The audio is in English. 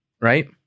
right